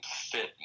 fit